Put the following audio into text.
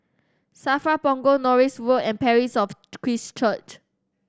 SAFRA Punggol Norris Road and Parish of Christ Church